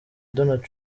donald